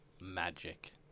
magic